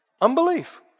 Unbelief